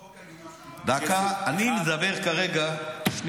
סמוטריץ', שיתחיל לעבוד.